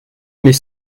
mais